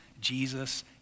Jesus